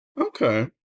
okay